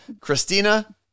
Christina